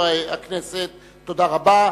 34א,